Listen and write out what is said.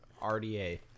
RDA